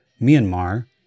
Myanmar